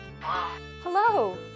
Hello